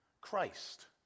Christ